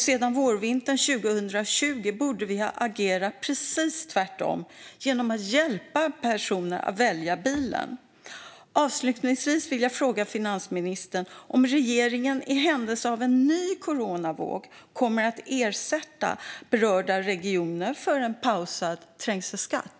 Sedan vårvintern 2020 borde vi ha agerat precis tvärtom genom att hjälpa folk att välja bilen. Avslutningsvis vill jag fråga finansministern om regeringen i händelse av en ny coronavåg kommer att ersätta berörda regioner för en pausad trängselskatt.